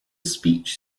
speech